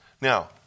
now